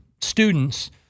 students